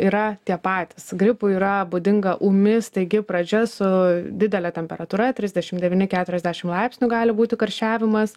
yra tie patys gripui yra būdinga ūmi staigi pradžia su didele temperatūra trisdešim devyni keturiasdešim laipsnių gali būti karščiavimas